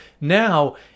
now